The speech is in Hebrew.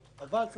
אבל יש לדעת